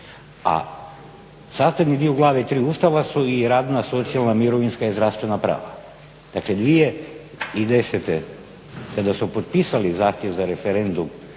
a sastavni dio Glave III. Ustava su i radna, socijalna, mirovinska i zdravstvena prava. Dakle, 2010. kada su potpisali zahtjev za referendum